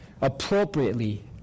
appropriately